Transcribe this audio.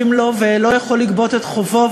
נכון.